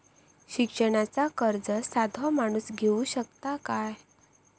शिक्षणाचा कर्ज साधो माणूस घेऊ शकता काय?